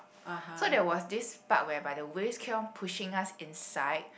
so there was this part whereby the waves keep on pushing us inside